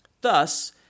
Thus